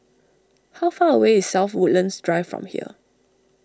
how far away is South Woodlands Drive from here